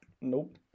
nope